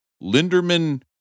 Linderman